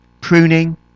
pruning